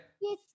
Yes